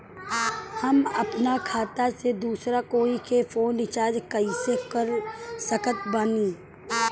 हम अपना खाता से दोसरा कोई के फोन रीचार्ज कइसे कर सकत बानी?